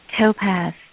Topaz